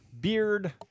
beard